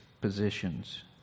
positions